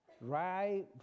right